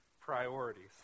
priorities